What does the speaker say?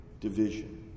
Division